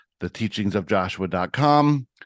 theteachingsofjoshua.com